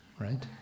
right